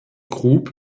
grub